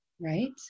Right